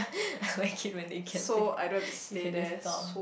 I like it when they can say you can just zao